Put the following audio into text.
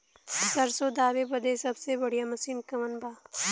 सरसों दावे बदे सबसे बढ़ियां मसिन कवन बा?